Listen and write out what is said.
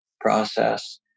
process